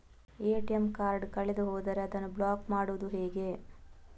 ATM card ಕಳೆದು ಹೋದರೆ ಅದನ್ನು ಬ್ಲಾಕ್ ಮಾಡುವುದು ಹೇಗೆ?